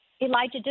Elijah